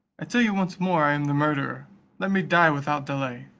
i tell you once more i am the murderer let me die without delay.